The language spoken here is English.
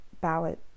ballot